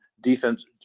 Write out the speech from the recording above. defense